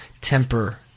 temper